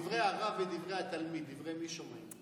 דברי הרב ודברי התלמיד, דברי מי שומעים?